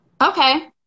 Okay